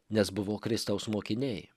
nes buvo kristaus mokiniai